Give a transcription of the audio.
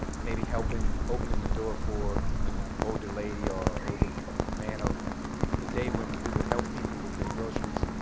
maybe helping opening the door for an older lady or older man, ah ah the day when we would help people with their groceries,